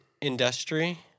industry